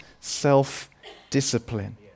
self-discipline